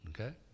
Okay